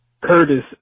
Curtis